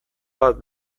bat